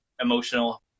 emotional